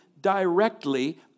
directly